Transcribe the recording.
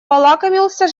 полакомился